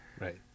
Right